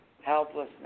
helplessness